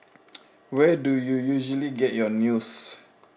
where do you usually get your news